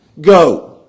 Go